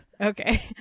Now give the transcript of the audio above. Okay